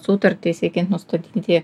sutartį siekiant nustatyti